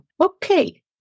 Okay